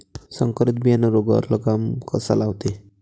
संकरीत बियानं रोगावर लगाम कसा लावते?